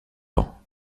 ans